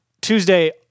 Tuesday